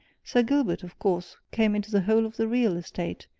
sir gilbert, of course, came into the whole of the real estate,